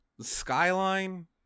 skyline